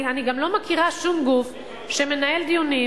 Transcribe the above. אני גם לא מכירה שום גוף שמנהל דיונים